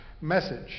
message